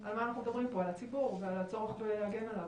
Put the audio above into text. אנחנו מדברים פה על הציבור ועל הצורך להגן עליו.